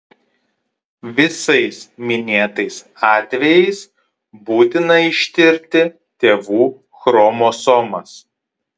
visais minėtais atvejais būtina ištirti tėvų chromosomas